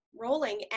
rolling